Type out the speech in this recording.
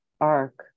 arc